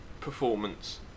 performance